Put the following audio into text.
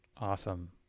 Awesome